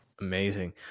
Amazing